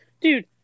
dude